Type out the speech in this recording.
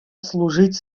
служить